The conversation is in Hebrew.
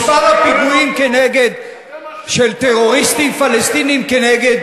ארדן: אני אישית עשיתי כנגד טרור ונלחמתי כנגד